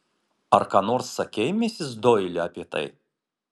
ar ką nors sakei misis doili apie tai